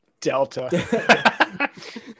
Delta